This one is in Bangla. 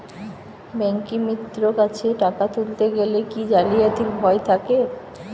ব্যাঙ্কিমিত্র কাছে টাকা তুলতে গেলে কি জালিয়াতির ভয় থাকে?